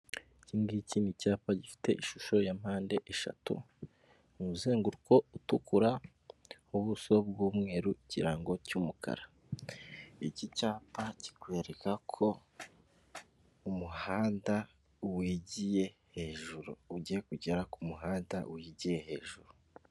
Iki ngiki ni icyapa gifite ishusho ya mpande eshatu, umuzenguruko utukura, ubuso bw'umweru, ikirango cy'umukara, iki cyapa kikwereka ko umuhanda wigiye hejuru, ugiye kugera ku muhanda wigiye hejuru.